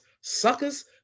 suckers